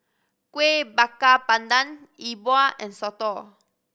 Kuih Bakar Pandan Yi Bua and soto